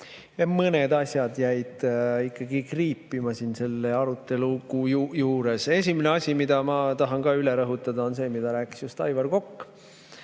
Mõned asjad jäid ikkagi kriipima selle arutelu kuju juures. Esimene asi, mida ma tahan ka üle rõhutada, on see, mida rääkis just Aivar Kokk: